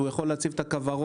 הוא יכול להציב את הכוורות,